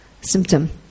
symptom